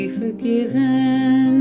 forgiven